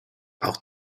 auch